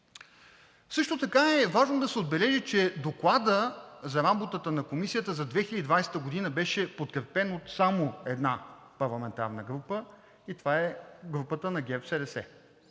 Също така е важно да се отбележи, че Докладът за работата на Комисията за 2020 г. беше подкрепен само от една парламентарна група и това е групата на ГЕРБ-СДС.